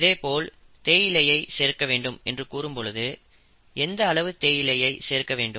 இதேபோல் தேயிலையை சேர்க்க வேண்டும் என்று கூறும் பொழுது எந்த அளவு தேயிலையை சேர்க்க வேண்டும்